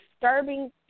disturbing